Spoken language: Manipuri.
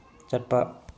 ꯆꯠꯄ